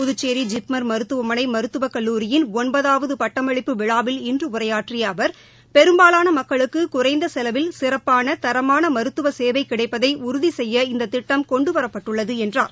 புதுச்சோி ஜிப்மன் மருத்துவமனை மருத்துவக் கல்லூரியின் ஒன்பதாவது பட்டமளிப்பு விழாவில் இன்று உரையாற்றிய அவர் பெரும்பாவான மக்களுக்கு குறைந்த செலவில் சிறப்பான தரமான மருத்துவ சேவை கிடைப்பதை உறுதி செய்ய இந்த திட்டம் கொண்டுவரப்பட்டுள்ளது என்றார்